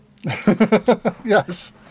yes